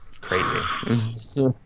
Crazy